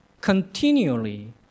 continually